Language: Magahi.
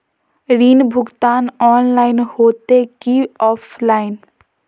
ऋण भुगतान ऑनलाइन होते की ऑफलाइन?